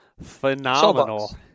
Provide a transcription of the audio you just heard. phenomenal